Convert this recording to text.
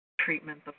treatment